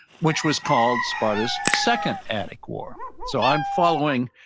which was called sparta's second attic war. so i'm following,